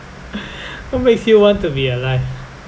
what makes you want to be alive